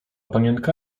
panienka